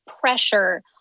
pressure